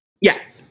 Yes